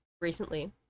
recently